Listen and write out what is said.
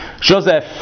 Joseph